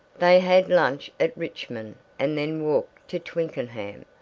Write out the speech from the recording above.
they had lunch at richmond and then walked to twickenham,